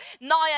now